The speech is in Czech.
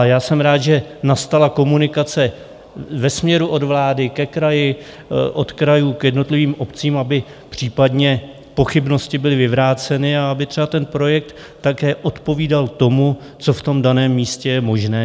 Já jsem rád, že nastala komunikace ve směru od vlády ke kraji, od krajů k jednotlivým obcím, aby případné pochybnosti byly vyvráceny a aby třeba ten projekt také odpovídal tomu, co v tom daném místě je možné.